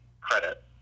credit